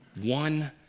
One